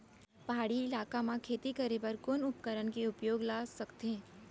पहाड़ी इलाका म खेती करें बर कोन उपकरण के उपयोग ल सकथे?